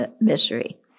misery